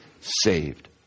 saved